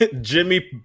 Jimmy